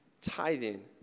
tithing